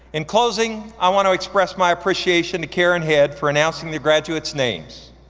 in closing, i want to express my appreciation to karen head for announcing the graduates' names.